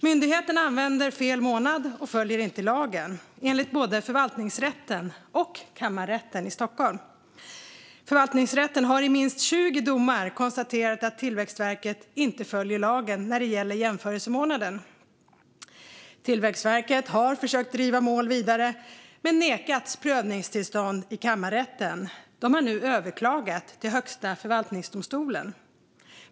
Myndigheten använder fel månad och följer inte lagen, enligt både förvaltningsrätten och kammarrätten i Stockholm. Förvaltningsrätten har i minst 20 domar konstaterat att Tillväxtverket inte följer lagen när det gäller jämförelsemånaden. Tillväxtverket har försökt driva mål vidare men nekats prövningstillstånd i kammarrätten. De har nu överklagat till Högsta förvaltningsdomstolen.